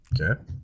Okay